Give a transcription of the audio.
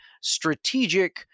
strategic